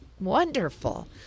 wonderful